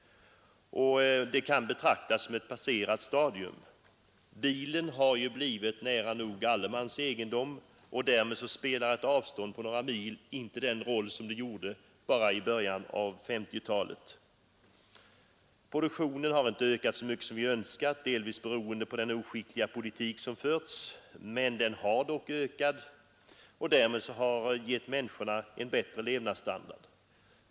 Denna koncentration kan alltså betraktas som ett passerat stadium. Bilen har blivit nära nog var mans egendom, och därmed spelar ett avstånd på några mil inte den roll som det gjorde bara i början av 1950-talet. Produktionen har inte ökat så mycket som vi hade önskat, delvis beroende på den oskickliga politik som förts, men den har dock ökat och givit människorna i vårt land en bättre levnadsstandard.